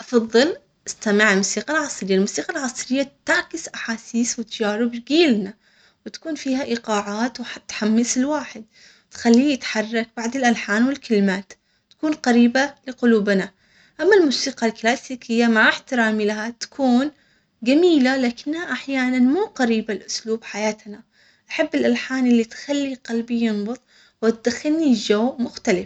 أفضل، استمع الموسيقى العصرية للموسيقى العصرية تعكس أحاسيس وتجارب جيلنا، وتكون فيها إيقاعات وحتحمس الواحد، وتخليه يتحرك بعض الألحان والكلمات تكون قريبة لقلوبنا، أما الموسيقى الكلاسيكية مع احترامي لها تكون جميلة، لكنها أحيانًا مو قريبة لأسلوب حياتنا.